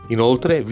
Inoltre